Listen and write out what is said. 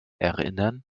erinnern